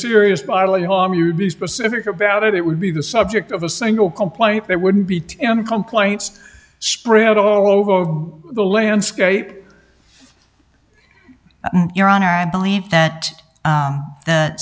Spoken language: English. serious bodily harm you would be specific about it it would be the subject of a single complaint that wouldn't be in the complaints spread all over the landscape your honor i believe that